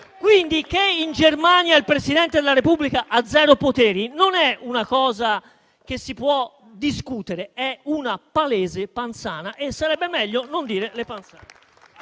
Quindi che in Germania il Presidente della Repubblica abbia zero poteri non è una cosa che si può discutere: è una palese panzana e sarebbe meglio non dire le panzane.